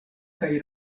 kaj